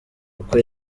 uko